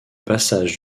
passage